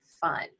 fun